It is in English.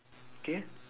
K